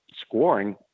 scoring